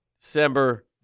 December